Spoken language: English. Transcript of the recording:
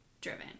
driven